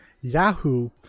yahoo